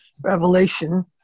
revelation